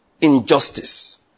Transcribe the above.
injustice